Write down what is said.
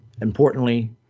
importantly